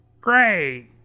Great